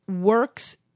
works